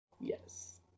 yes